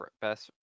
best